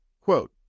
quote